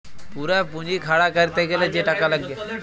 পুরা পুঁজি খাড়া ক্যরতে গ্যালে যে টাকা লাগ্যে